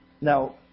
Now